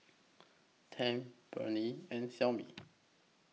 Tempt Burnie and Xiaomi